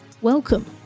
Welcome